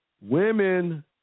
Women